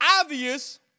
obvious